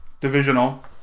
Divisional